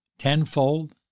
tenfold